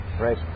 Right